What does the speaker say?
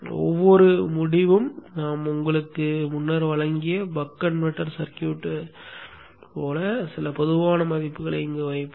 ஒவ்வொரு முடிவும் நாம் உங்களுக்கு முன்னர் வழங்கிய பக் கன்வெர்ட்டர் சர்க்யூட் என்றால் சில பொதுவான மதிப்புகளை வைப்போம்